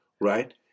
right